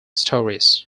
stories